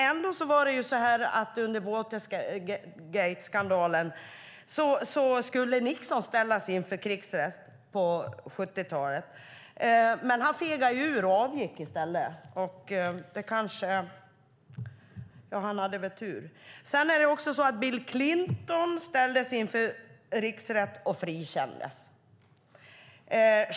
Ändå var det så att under Watergateskandalen på 70-talet skulle Nixon ställas inför riksrätt, men han fegade ur och avgick i stället. Han hade väl tur. Det är också så att Bill Clinton ställdes inför riksrätt och frikändes.